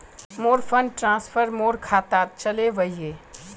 मोर fund transfer मोर खातात चले वहिये